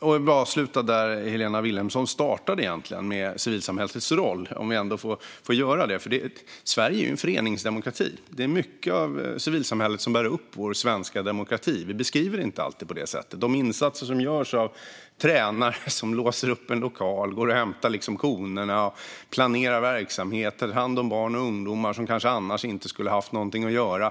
Jag ska avsluta där Helena Vilhelmsson egentligen startade, med civilsamhällets roll, om jag ändå får göra det. Sverige är en föreningsdemokrati. Det är mycket av civilsamhället som bär upp vår svenska demokrati. Vi beskriver det inte alltid på det sättet. Det handlar om de insatser som görs av tränare som låser upp en lokal, går och hämtar konerna, planerar verksamheter, och tar hand om barn och ungdomar som kanske annars inte skulle ha haft någonting att göra.